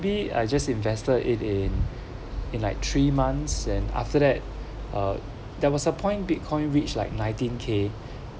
maybe I just invested it in in like three months and after that uh there was a point bitcoin reach like nineteen K